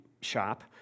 shop